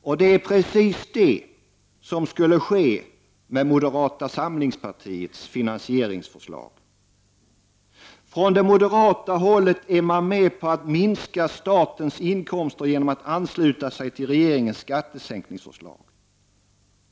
Och det är precis det som skulle ske med moderata samlingspartiets finansieringsförslag. Från det moderata hållet är man med på att minska statens inkomster genom att ansluta sig till regeringens skattesänkningsförslag.